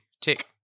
Tick